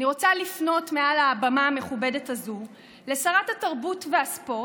אני רוצה לפנות מעל הבמה המכובדת הזו לשרת התרבות והספורט,